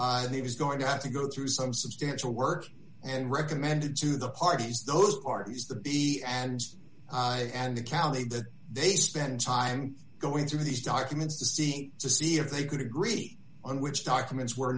was going to have to go through some substantial work and recommended to the parties those parties the be adams and the county that they spent time going through these documents to see to see if they could agree on which documents were